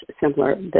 similar